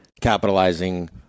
capitalizing